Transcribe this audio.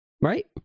right